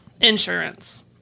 Insurance